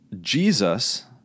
Jesus